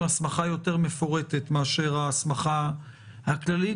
הסמכה יותר מפורטת מאשר ההסמכה הכללית,